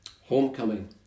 homecoming